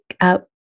up